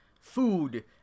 food